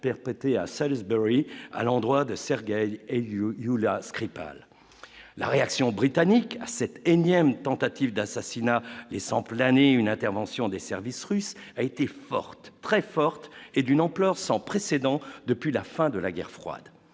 à Salisbury, à l'endroit de Sergueï et lieu Ioulia Skripal la réaction britannique à cette énième tentative d'assassinat, laissant planer une intervention des services russes a été forte, très forte et d'une ampleur sans précédent depuis la fin de la guerre froide,